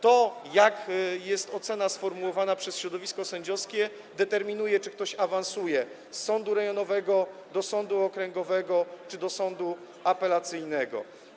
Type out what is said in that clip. To, jaka ocena sformułowana jest przez środowisko sędziowskie, determinuje, czy ktoś awansuje z sądu rejonowego do sądu okręgowego czy do sądu apelacyjnego.